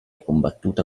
combattuta